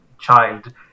Child